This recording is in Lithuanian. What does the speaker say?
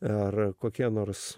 ar kokia nors